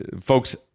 Folks